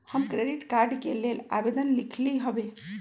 हम credit card के लेल आवेदन लिखली हबे